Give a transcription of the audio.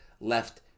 left